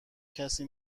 کسی